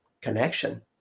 connection